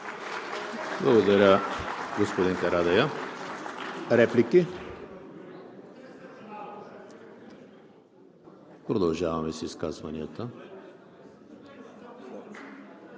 Благодаря, господин Карадайъ. Реплики? Продължаваме с изказванията